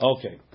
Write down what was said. Okay